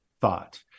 thought